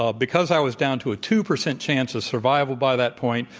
ah because i was down to a two percent chance of survival by that point,